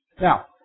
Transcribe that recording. Now